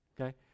okay